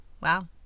wow